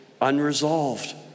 unresolved